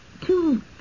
Two